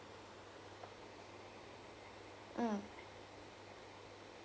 mm